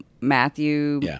Matthew